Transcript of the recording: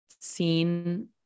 seen